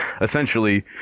essentially